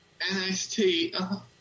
NXT